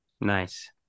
nice